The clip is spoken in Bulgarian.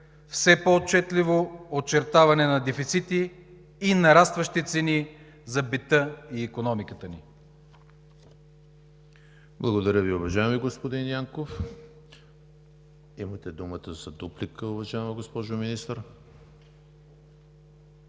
все по-отчетливо очертаване на дефицити и нарастващи цени за бита и икономиката ни.